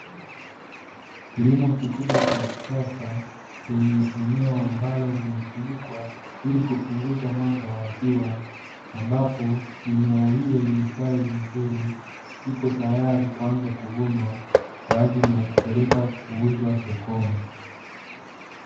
Kilimo kikubwa cha kisasa, kwenye eneo ambalo limefunikwa ili kupunguza mwanga wa jua, ambapo mimea hiyo imestawi vizuri, ipo tayari kuanza kuvunwa kwa ajili ya kupelekwa sokoni.